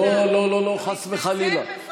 לא, לא, לא, חס וחלילה.